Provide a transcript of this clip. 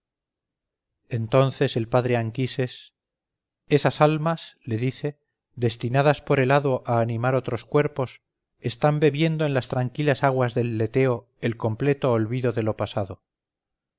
entonces el padre anquises esas almas le dice destinadas por el hado a animar otros cuerpos están bebiendo en las tranquilas aguas del leteo el completo olvido de lo pasado